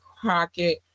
Crockett